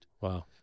Wow